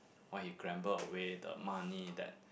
why he gamble away the money that